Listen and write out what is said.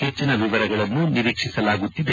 ಹೆಚ್ಚನ ವಿವರಗಳನ್ನು ನಿರೀಕ್ಷಿಸಲಾಗುತ್ತಿದೆ